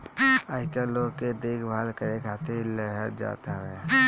आयकर लोग के देखभाल करे खातिर लेहल जात हवे